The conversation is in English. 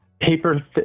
paper